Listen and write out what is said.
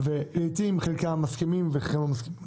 לעיתים, חלקם מסכימים וחלקם לא מסכימים.